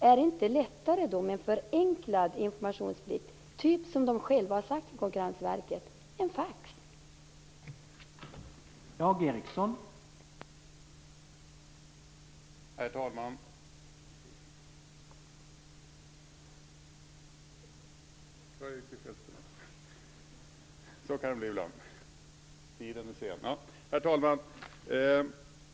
Är det inte lättare med en förenklad informationsplikt, som Konkurrensverket har föreslagit, fax?